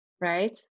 right